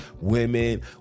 women